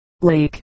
Lake